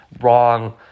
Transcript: wrong